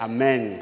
Amen